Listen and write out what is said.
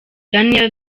daniel